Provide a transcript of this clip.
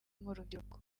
nk’urubyiruko